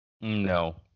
No